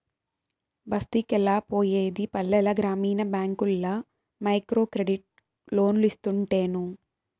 బస్తికెలా పోయేది పల్లెల గ్రామీణ బ్యాంకుల్ల మైక్రోక్రెడిట్ లోన్లోస్తుంటేను